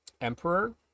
emperor